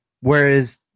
whereas